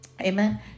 Amen